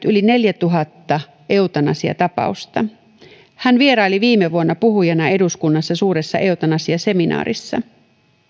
yli neljätuhatta eutanasiatapausta hän vieraili viime vuonna puhujana eduskunnassa suuressa eutanasiaseminaarissa